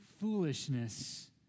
foolishness